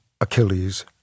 Achilles